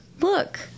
Look